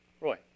Roy